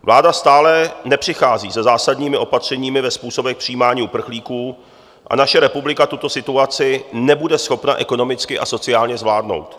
Vláda stále nepřichází se zásadními opatřeními ve způsobech přijímání uprchlíků a naše republika tuto situaci nebude schopna ekonomicky a sociálně zvládnout.